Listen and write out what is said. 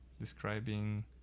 describing